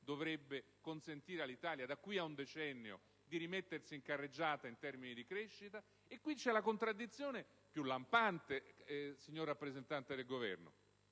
dovrebbe consentire all'Italia, da qui ad un decennio, di rimettersi in carreggiata in termini di crescita? In questo passaggio è contenuta la contraddizione più lampante, signor rappresentante del Governo,